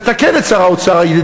תתקן את שר האוצר,